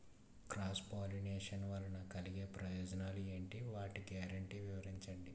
Cross pollination వలన కలిగే ప్రయోజనాలు ఎంటి? వాటి గ్యారంటీ వివరించండి?